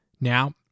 Now